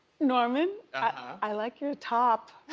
norman, i like your top.